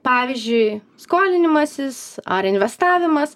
pavyzdžiui skolinimasis ar investavimas